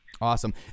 Awesome